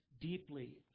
deeply